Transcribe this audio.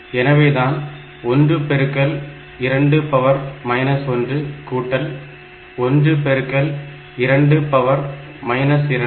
எனவேதான் 1 பெருக்கல் 2 1 கூட்டல் 1 பெருக்கல் 2 2